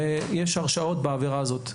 ויש הרשעות בעבירה הזאת.